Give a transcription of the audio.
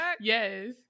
Yes